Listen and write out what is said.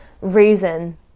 reason